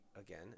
again